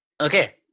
okay